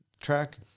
track